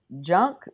junk